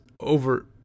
over